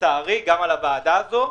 לצערי גם בוועדה הזאת,